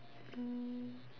mm